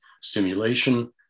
stimulation